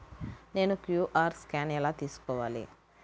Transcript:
నేను QR scan ఎలా తీసుకోవాలి?